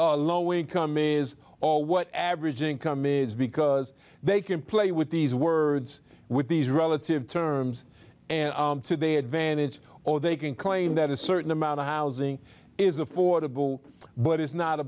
a low income is or what average income is because they can play with these words with these relative terms and today advantage or they can claim that a certain amount of housing is affordable but it's not